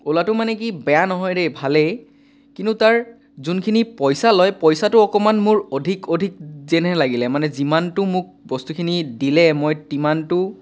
অ'লাটো মানে কি বেয়া নহয় দেই ভালেই কিন্তু তাৰ যোনখিনি পইচা লয় পইচাটো অকণমান মোৰ অধিক অধিক যেনহে লাগিলে মানে যিমানটো মোক বস্তুখিনি দিলে মই তিমানটো